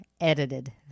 edited